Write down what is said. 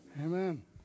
Amen